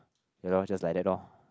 ya lor just like that lor